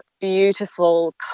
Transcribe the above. beautiful